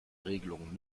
regelungen